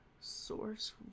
source